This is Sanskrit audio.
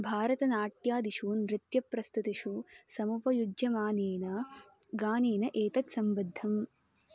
भारतनाट्यादिषु नृत्यप्रस्तुतिषु समुपयुज्यमानेन गानेन एतत् सम्बद्धम्